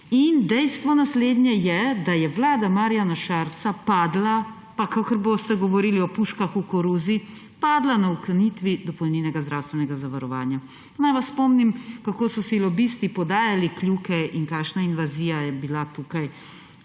dejstvo je, da je vlada Marjana Šarca padla, pa kakor boste govorili o puškah v koruzi, padla na ukinitvi dopolnilnega zdravstvena zavarovanja. Naj vas spomnim, kako so si lobisti podajali kljuke in kakšna invazija je bila tukaj